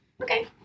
Okay